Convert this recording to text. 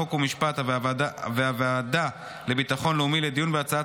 חוק ומשפט והוועדה לביטחון לאומי לדיון בהצעת